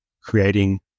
creating